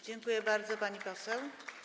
Dziękuję bardzo, pani poseł.